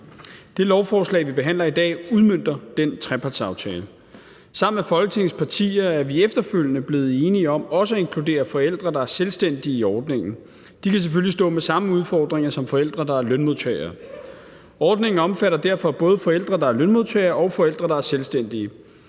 Det lovforslag, vi behandler i dag, udmønter den trepartsaftale. Sammen med Folketingets partier er vi efterfølgende blevet enige om også at inkludere forældre, der er selvstændige, i ordningen. De kan selvfølgelig stå med samme udfordringer som forældre, der er lønmodtagere. Ordningen omfatter derfor både forældre, der er lønmodtagere, og forældre, der er selvstændige.